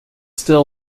still